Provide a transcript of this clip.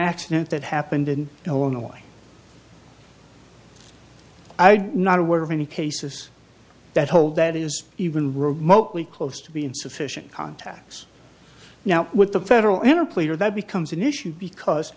accident that happened in illinois i do not aware of any cases that hold that is even remotely close to be insufficient contacts now with the federal enter pleader that becomes an issue because